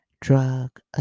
drug